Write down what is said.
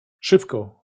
szybko